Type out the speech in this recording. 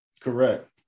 Correct